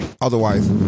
Otherwise